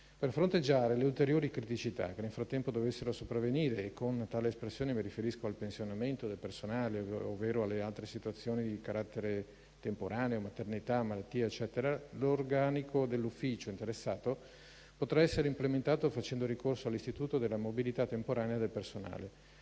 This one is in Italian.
Per fronteggiare le ulteriori criticità che nel frattempo dovessero sopravvenire - con tale espressione mi riferisco al pensionamento del personale, ovvero alle altre situazioni di carattere temporaneo, come maternità, malattia, eccetera - l'organico dell'ufficio interessato potrà essere implementato facendo ricorso all'istituto della mobilità temporanea del personale,